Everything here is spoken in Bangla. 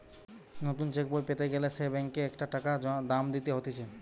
নতুন চেক বই পেতে গ্যালে সে ব্যাংকে একটা টাকা দাম দিতে হতিছে